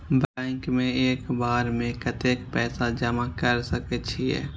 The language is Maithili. बैंक में एक बेर में कतेक पैसा जमा कर सके छीये?